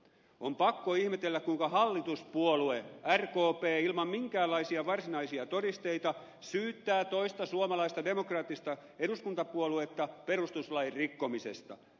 on pakko ihmetellä kuinka hallituspuolue rkp ilman minkäänlaisia varsinaisia todisteita syyttää toista suomalaista demokraattista eduskuntapuoluetta perustuslain rikkomisesta